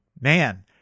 man